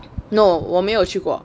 no 我没有去过